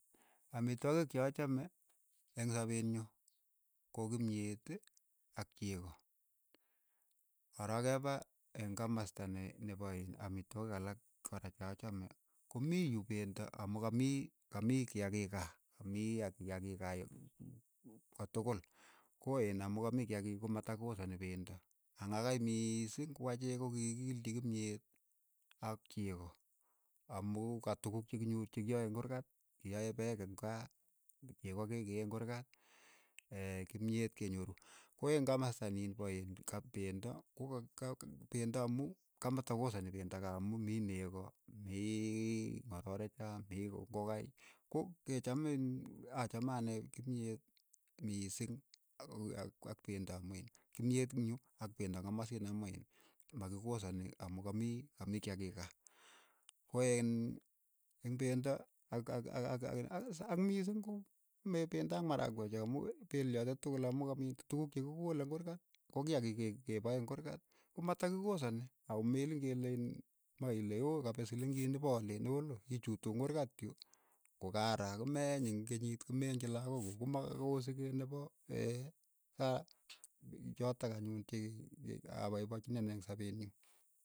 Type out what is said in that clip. Amitwogik che achame eng' sapeet nyu, ko kimyet ak cheko, ko rook ke pa eng' kemosto ni nipo iin amitwogik alak kora che achame ko mi yu pendo amu ka mii ka mii kiakiik kaa, ka mii a kiakiik kaa yu ko tokol, ko inn amu ka mii kiakiik ko matakosani pendo ang' akai miising ko acheek ko kii kiilchi kimyet ak cheko amu ka tukuk che kinyor che kiae eng' kuurkat ke yai peek eng' kaa cheko ke kee eng' kuurkat, kimyet kenyoru, ko eng' komasta niin pa iin kap pendo, ko ka- ka pendo amu kamatapos anyo pendo kaa amu mii neko. mii ng'ororecho, mi ku ingokai, ko ke chome nii achame ane kimyet miising a- a- ak pendo amu iin kimyet ingyu ak pendo eng' komosiin amu iin ma ki kosani amu ka mii ka mii kiakiik kaa, ko iin eng' pendo ak- ak- ak- ak sa ak mising ku mee pendo ak marakwek chu amu pelyo ake tukul amu amit tukuuk che kikole kurkaat, ko kiakiik ke- ke pae eng' kurkat ko ma ta kikosani ako meleen kele iin maka ile ooh kapet siling'iit nepo aalen, olo. ichutuun eng' kurkat yu ko ka araa ko me eeny eng' kenyiit ko me eengchi lakok kuuk, ko ma ko sikee ne po aa chatak anyun che a paipachinii anee eng' sapeet nyu.